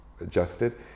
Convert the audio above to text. adjusted